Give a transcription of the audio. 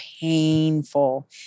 painful